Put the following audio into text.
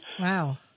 Wow